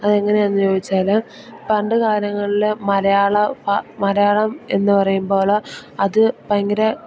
അതെങ്ങനെയാണെന്ന് ചോദിച്ചാൽ പണ്ടു കാലങ്ങളിൽ മലയാള മലയാളം എന്നു പറയുമ്പോൾ അത് ഭയങ്കര